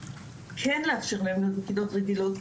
כן לאפשר להם להיות בכיתות רגילות,